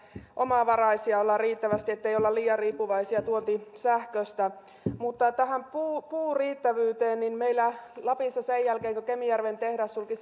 ollaan riittävästi omavaraisia ettei olla liian riippuvaisia tuontisähköstä mutta tähän puun riittävyyteen liittyen meillä lapissa sen jälkeen kun kemijärven tehdas sulki